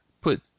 put